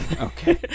Okay